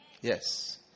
Yes